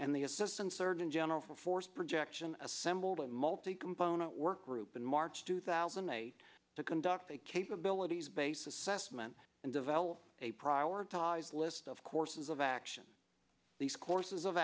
and the assistant surgeon general for force projection assembled a multi component work group in march two thousand and eight to conduct a capabilities base assessment and develop a prioritized list of courses of action these courses of